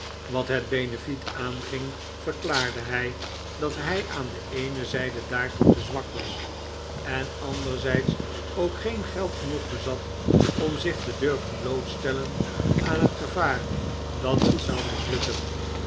wat het benefiet aanging verklaarde hij dat hi aan de eene zyde daartoe te zwak was en anderzijds ook geen geld genoeg bezat om zich te durven blootstellen aan het gevaar dat het zou mislukken